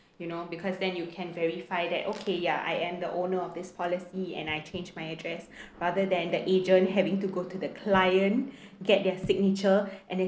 you know because then you can verify that okay ya I am the owner of this policy and I change my address rather than the agent having to go to the client get their signature and then